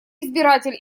избиратель